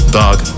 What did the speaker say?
dog